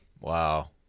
Wow